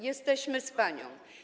Jesteśmy z panią!